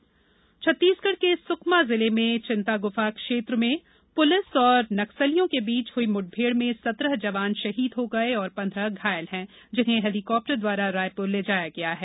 नक्सली हमला छत्तीसगढ़ के सुकमा जिले चिंतागुफा क्षेत्र में पुलिस और नक्सलियों के बीच हुयी मुठभेड़ में सत्रह जवान शहीद हो गए और पंद्रह घायल हैं जिन्हें हेलिकॉप्टर द्वारा रायपुर ले जाया गया है